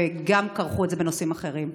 וגם כרכו את זה בנושאים אחרים.